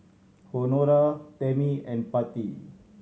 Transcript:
Honora Tammy and Patti